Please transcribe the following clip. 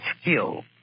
skill